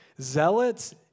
Zealots